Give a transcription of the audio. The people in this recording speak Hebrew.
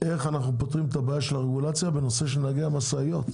איך אנחנו פותרים את הבעיה של הרגולציה בנושא של נהגי המשאיות.